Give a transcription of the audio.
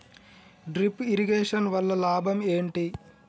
Drip irrigation వల్ల లాభం ఏంటి?